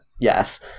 yes